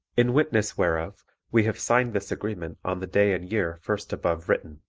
in witness whereof we have signed this agreement on the day and year first above written.